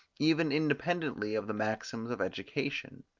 even independently of the maxims of education.